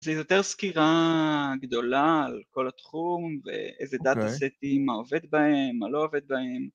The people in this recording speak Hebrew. זה יותר סקירה גדולה על כל התחום ואיזה דאטה סטים, מה עובד בהם, מה לא עובד בהם